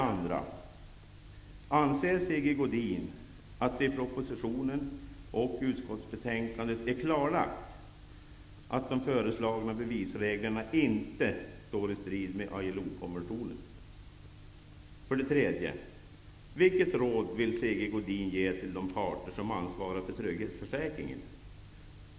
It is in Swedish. Anser Sigge Godin att det i propositionen och utskottsbetänkandet är klarlagt att de föreslagna bevisreglerna inte står i strid med ILO-konventionen? Vilket råd vill Sigge Godin ge till de parter som ansvarar för trygghetsförsäkringen?